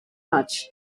much